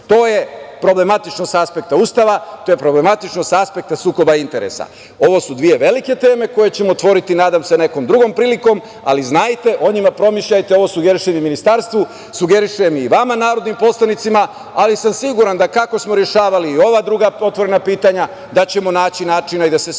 To je problematično sa aspekta Ustava, to je problematično sa aspekta sukoba interesa. Ovo su dve velike teme koje ćemo otvoriti, nadam se, nekom drugom prilikom, ali znajte, o njima promišljajte ovo sugerišem ministarstvu, sugerišem i vama narodnim poslanicima, ali sam siguran da kako smo rešavali ova druga otvorena pitanja da ćemo naći načina i da se sa ovim